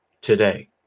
today